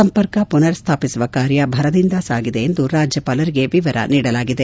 ಸಂಪರ್ಕ ಪುನರ್ ಸ್ಥಾಪಿಸುವ ಕಾರ್ಯ ಭರದಿಂದ ಸಾಗಿವೆ ಎಂದು ರಾಜ್ಯಪಾಲರಿಗೆ ವಿವರ ನೀಡಲಾಗಿದೆ